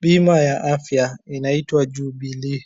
Bima ya afya inaitwa Jubilee.